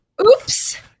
Oops